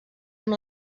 amb